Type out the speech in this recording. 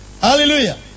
Hallelujah